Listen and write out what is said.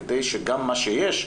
כדי שגם מה שיש,